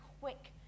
quick